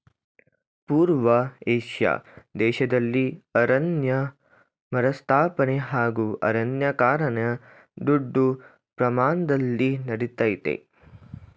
ಪೂರ್ವ ಏಷ್ಯಾ ದೇಶ್ದಲ್ಲಿ ಅರಣ್ಯ ಮರುಸ್ಥಾಪನೆ ಹಾಗೂ ಅರಣ್ಯೀಕರಣ ದೊಡ್ ಪ್ರಮಾಣ್ದಲ್ಲಿ ನಡಿತಯ್ತೆ